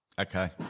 Okay